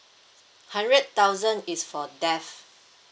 hundred thousand is for death